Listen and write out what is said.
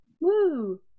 Woo